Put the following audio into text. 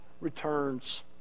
returns